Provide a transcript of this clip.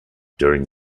during